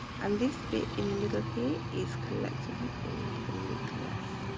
and this bit in the middle here is collectively called the nucleus.